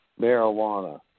marijuana